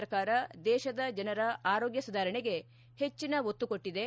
ಸರ್ಕಾರ ದೇಶದ ಜನರ ಆರೋಗ್ಯ ಸುಧಾರಣೆಗೆ ಹೆಚ್ಚಿನ ಒತ್ತುಕೊಟ್ಟಿದೆ